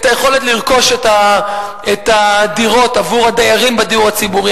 את היכולת לרכוש את הדירות עבור הדיירים בדיור הציבורי,